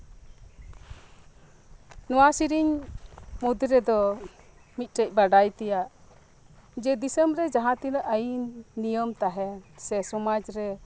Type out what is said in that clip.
ᱱᱚᱣᱟ ᱥᱮᱨᱮᱧ ᱢᱩᱫ ᱨᱮᱫᱚ ᱢᱤᱫᱴᱮᱡ ᱵᱟᱰᱟᱭ ᱛᱮᱭᱟᱜ ᱡᱮ ᱫᱤᱥᱚᱢ ᱨᱮ ᱡᱟᱦᱟᱸ ᱛᱤᱱᱟᱹᱜ ᱟᱭᱤᱱ ᱱᱤᱭᱚᱢ ᱛᱟᱦᱮᱸᱱ ᱥᱮ ᱥᱚᱢᱟᱡ ᱨᱮ